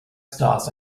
stars